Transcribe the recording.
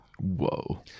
Whoa